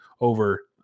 over